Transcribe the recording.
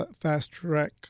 fast-track